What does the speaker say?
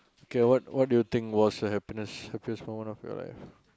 okay what what do you think was the happiness happiest moment of your life